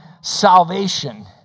salvation